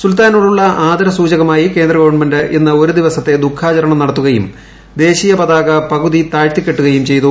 സുൽത്താനോടുള്ള ആദര സൂചകമായി കേന്ദ്ര ഗവൺമെന്റ് ഇന്ന് ഒരു ദിവസത്തെ ദുഃഖാചരണം നടത്തുകയും ദേശീയ പതാക പകുതി താഴ്ത്തി കെട്ടുകയും ചെയ്തു